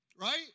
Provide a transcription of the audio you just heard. right